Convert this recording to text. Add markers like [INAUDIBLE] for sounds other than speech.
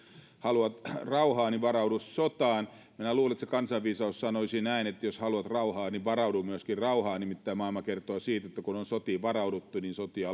haluat rauhaa niin varaudu sotaan minä luulen että se kansanviisaus sanoisi näin että jos haluat rauhaa niin myöskin varaudu rauhaan nimittäin maailma kertoo siitä että kun on sotiin varauduttu niin sotia [UNINTELLIGIBLE]